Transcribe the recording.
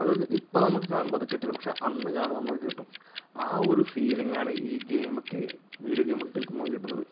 അത് ഇപ്പോൾ നമുക്ക് കാണുമ്പോൾ അത് കിട്ടില്ല പക്ഷേ അന്ന് കാണുമ്പോൾ നമുക്കത് കിട്ടും ആ ഒരു ഫീലിങ്ങ് ആണ് ഈ ഗെയിം ഒക്കെ വീഡിയോ ഗെയിം ഒക്കെ കളിക്കുമ്പോൾ കിട്ടുന്നത്